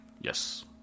Yes